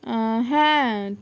হ্যাঁ